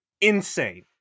insane